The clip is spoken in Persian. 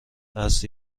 است